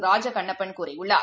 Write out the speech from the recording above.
ராஜ கண்ணப்பன் கூறியுள்ளார்